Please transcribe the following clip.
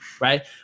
right